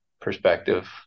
perspective